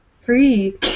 Free